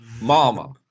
Mama